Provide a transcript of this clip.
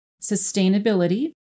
sustainability